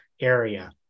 area